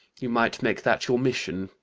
you might make that your mission,